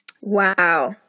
Wow